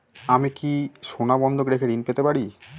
আমি কি সোনা বন্ধক রেখে ঋণ পেতে পারি?